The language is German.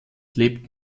lebt